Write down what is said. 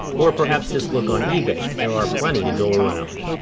or perhaps just look on ebay there are plenty to go around.